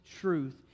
truth